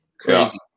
Crazy